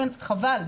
חבל,